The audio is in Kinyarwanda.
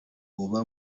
uba